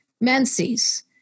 menses